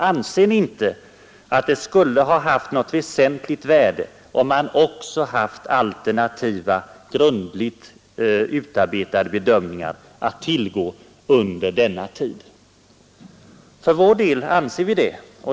Anser ni inte att det skulle haft något väsentligt värde om man också haft alternativa, grundligt utarbetade bedömningar att tillgå under denna tid? För vår del anser vi det.